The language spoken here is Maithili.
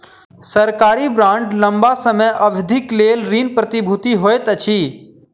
सरकारी बांड लम्बा समय अवधिक लेल ऋण प्रतिभूति होइत अछि